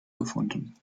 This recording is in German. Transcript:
gefunden